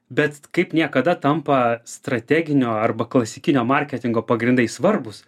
bet kaip niekada tampa strateginio arba klasikinio marketingo pagrindai svarbūs